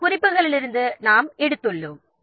இந்த குறிப்புகளிலிருந்து நாம் எடுத்துள்ளோம்